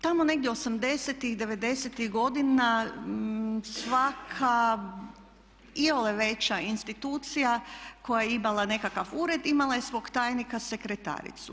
Tamo negdje '80.-tih, '90.-tih godina sva iole veća institucija koja je imala nekakav ured imala je svog tajnika, sekretaricu.